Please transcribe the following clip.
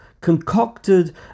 concocted